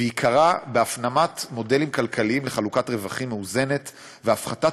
ועיקרה בהפנמת מודלים כלכליים לחלוקת רווחים מאוזנת והפחתת